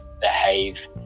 behave